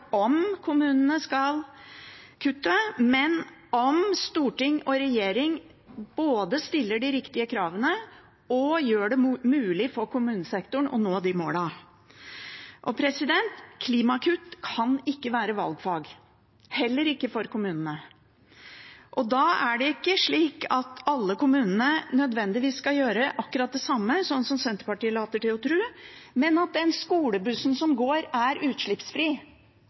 om kommunene skal kutte, men om Stortinget og regjeringen både stiller de riktige kravene og gjør det mulig for kommunesektoren å nå målene. Klimakutt kan ikke være valgfag, heller ikke for kommunene. Det er ikke slik at alle kommuner nødvendigvis skal gjøre akkurat det samme, noe Senterpartiet later til å tro, men at den skolebussen som går, er utslippsfri,